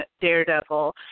Daredevil